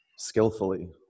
skillfully